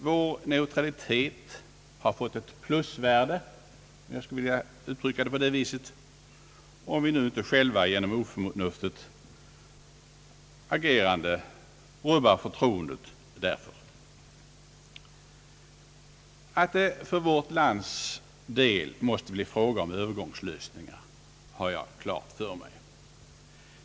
Jag skulle vilja uttrycka det så att vår neutralitet har fått ett plusvärde, om vi inte själva genom oförnuftigt agerande rubbar förtroendet därför. Att det för vårt lands del måste bli fråga om övergångslösningar har jag klart för mig.